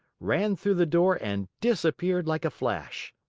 ran through the door and disappeared like a flash!